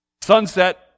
Sunset